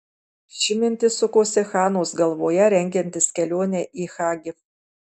ši mintis sukosi hanos galvoje rengiantis kelionei į hagi